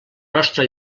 nostra